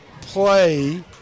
play